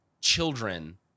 children